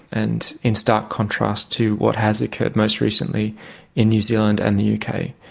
and in stark contrast to what has occurred most recently in new zealand and the uk,